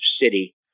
city